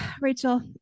Rachel